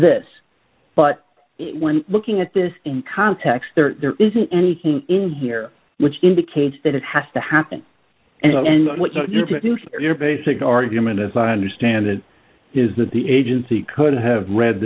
this but when looking at this in context there isn't anything in here which indicates that it has to happen and what you produce your basic argument as i understand it is that the agency could have read